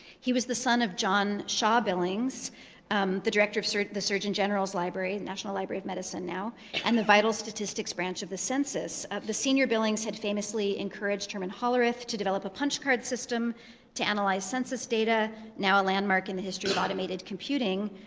he was the son of john shaw billings the director of the surgeon general's library the national library of medicine now and the vital statistics branch of the census. the senior billings had famously encouraged herman hollerith to develop a punch card system to analyze census data, now a landmark in the history of automated computing.